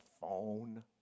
phone